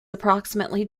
approximately